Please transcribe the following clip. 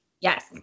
Yes